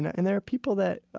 and there are people that,